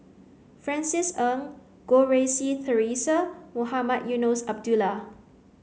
Francis Ng Goh Rui Si Theresa and Mohamed Eunos Abdullah